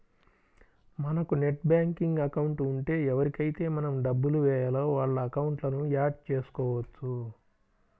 మనకు net banking account ఉంటే ఎవరికైతే మనం డబ్బులు వేయాలో వాళ్ళ అకౌంట్లను యాడ్ చేసుకోవచ్చు